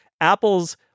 Apple's